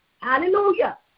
Hallelujah